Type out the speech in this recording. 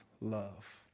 love